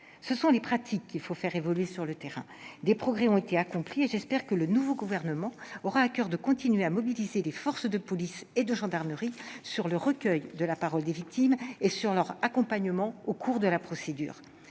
Ce sont les pratiques qu'il faut faire évoluer sur le terrain. Des progrès ont été accomplis. J'espère que le nouveau gouvernement aura à coeur de continuer à mobiliser les forces de police et de gendarmerie sur le recueil de la parole des victimes et sur leur accompagnement au cours de la procédure.